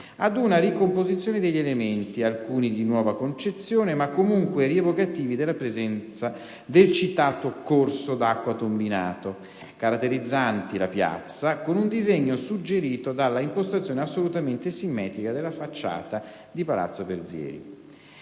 ad una ricomposizione degli elementi - alcuni di nuova concezione, ma comunque rievocativi della presenza del citato corso d'acqua tombinato - caratterizzanti la piazza, con un disegno suggerito dall'impostazione assolutamente simmetrica della facciata di palazzo Berzieri.